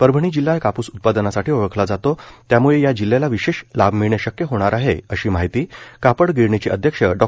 परभणी जिल्हा कापूस ओळखला जातो त्यामुळं या जिल्ह्याला विशेष लाभ मिळणे शक्य होणार आहे अशी माहिती कापड गिरणीचे अध्यक्ष डॉ